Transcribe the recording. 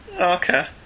Okay